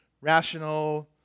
rational